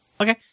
Okay